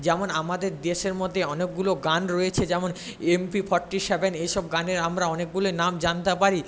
যেমন আমাদের দেশের মধ্যে অনেকগুলো গান রয়েছে যেমন এমপি ফর্টি সেভেন এইসব গানের আমরা অনেকগুলি নাম জানতে পারি